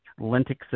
lentic